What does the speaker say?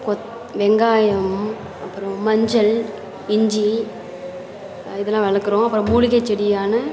கொத் வெங்காயம் அப்புறம் மஞ்சள் இஞ்சி இதெலாம் வளர்க்குறோம் அப்புறம் மூலிகை செடியான